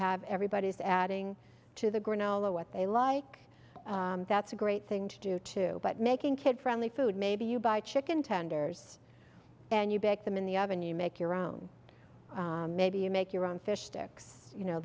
have everybody is adding to the granola what they like that's a great thing to do too but making kid friendly food maybe you buy chicken tenders and you bake them in the oven you make your own maybe you make your own fish sticks you know